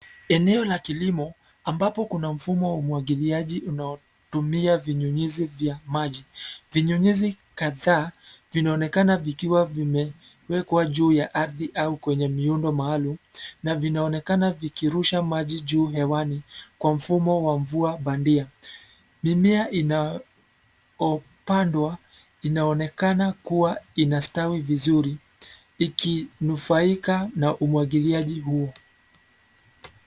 Eneo la kilimo, ambapo kuna mfumo wa umwagiliaji unao, tumia vinyunyizi vya maji, vinyunyizi kadhaa, vinaonekana vikiwa vime, wekwa juu ya ardhi au kwenye miundo maalum, na vinaonekana vikirusha maji juu hewani, kwa mfumo wa mvua bandia, mimea ina, o, pandwa, inaonekana kuwa, inastawi vizuri, ikinufaika na umwagiliaji huo.